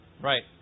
Right